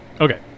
Okay